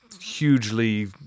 Hugely